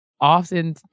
often